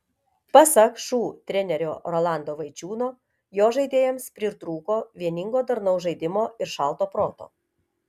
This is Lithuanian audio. pasak šu trenerio rolando vaičiūno jo žaidėjams pritrūko vieningo darnaus žaidimo ir šalto proto